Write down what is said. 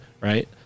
right